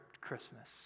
Christmas